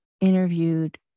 interviewed